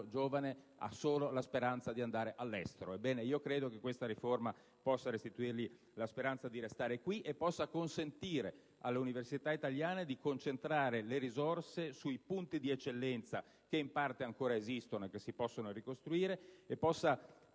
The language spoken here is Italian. giovane ha solo la speranza di andare all'estero. Ebbene, credo che questa riforma possa restituire loro la speranza di poter restare, che possa consentire all'università italiana di concentrare le risorse nei punti di eccellenza che, in parte, ancora esistono e che si possono ricostruire e che